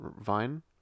Vine